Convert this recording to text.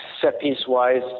set-piece-wise